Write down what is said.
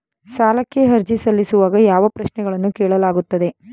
ಸಾಲಕ್ಕೆ ಅರ್ಜಿ ಸಲ್ಲಿಸುವಾಗ ಯಾವ ಪ್ರಶ್ನೆಗಳನ್ನು ಕೇಳಲಾಗುತ್ತದೆ?